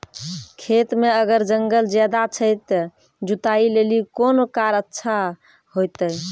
खेत मे अगर जंगल ज्यादा छै ते जुताई लेली कोंन फार अच्छा होइतै?